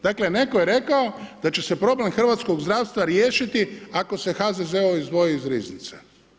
Dakle netko je rekao da će se problem hrvatskog zdravstva riješiti ako se HZZO izdvoji iz riznice.